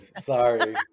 Sorry